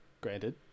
granted